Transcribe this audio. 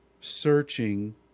searching